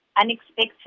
Unexpected